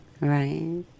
right